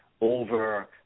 over